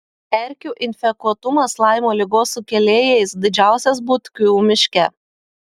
erkių infekuotumas laimo ligos sukėlėjais didžiausias butkių miške